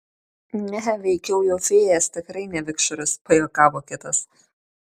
ne veikiau jau fėjas tikrai ne vikšrus pajuokavo kitas